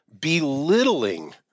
belittling